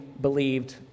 believed